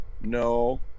No